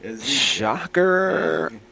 Shocker